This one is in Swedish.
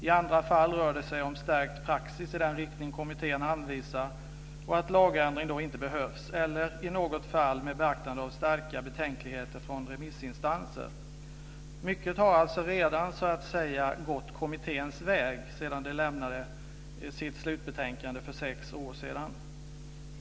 I andra fall rör det sig om stärkt praxis i den riktning kommittén anvisar och att lagändring inte behövs eller i något fall ett beaktande av starka betänkligheter från remissinstanser. Mycket har redan gått kommitténs väg sedan den lämnade sitt slutbetänkande för sex år sedan.